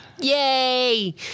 Yay